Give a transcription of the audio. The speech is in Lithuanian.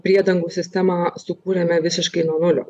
priedangų sistemą sukūrėme visiškai nuo nulio